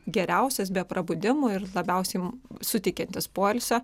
geriausias be prabudimų ir labiausiai suteikiantis poilsio